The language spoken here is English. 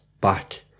back